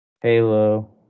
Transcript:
Halo